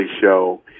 show